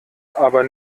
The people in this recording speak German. aber